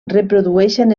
reprodueixen